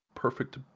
Perfect